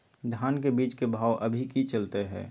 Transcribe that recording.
धान के बीज के भाव अभी की चलतई हई?